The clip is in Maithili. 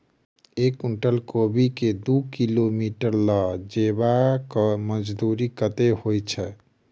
एक कुनटल कोबी केँ दु किलोमीटर लऽ जेबाक मजदूरी कत्ते होइ छै?